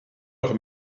auch